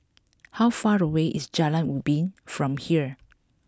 how far away is Jalan Ubi from here